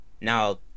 now